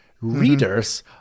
readers